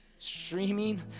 Streaming